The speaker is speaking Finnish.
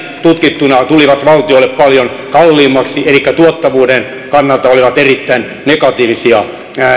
tutkittuna tulivat valtiolle paljon kalliimmiksi elikkä tuottavuuden kannalta olivat erittäin negatiivisia